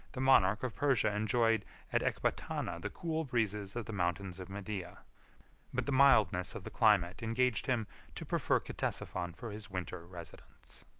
the monarch of persia enjoyed at ecbatana the cool breezes of the mountains of media but the mildness of the climate engaged him to prefer ctesiphon for his winter residence.